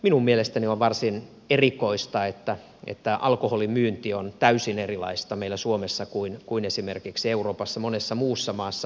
minun mielestäni on varsin erikoista että alkoholin myynti on täysin erilaista meillä suomessa kuin esimerkiksi euroopassa monessa muussa maassa